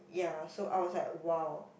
ya so I was like wow